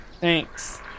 Thanks